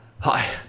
Hi